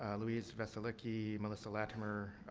um louis veselicky, melissa latimer,